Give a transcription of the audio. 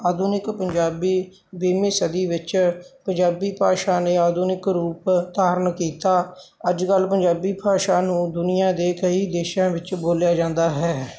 ਆਧੁਨਿਕ ਪੰਜਾਬੀ ਵੀਹਵੀਂ ਸਦੀ ਵਿੱਚ ਪੰਜਾਬੀ ਭਾਸ਼ਾ ਨੇ ਆਧੁਨਿਕ ਰੂਪ ਧਾਰਨ ਕੀਤਾ ਅੱਜ ਕੱਲ੍ਹ ਪੰਜਾਬੀ ਭਾਸ਼ਾ ਨੂੰ ਦੁਨੀਆਂ ਦੇ ਕਈ ਦੇਸ਼ਾਂ ਵਿੱਚ ਬੋਲਿਆ ਜਾਂਦਾ ਹੈ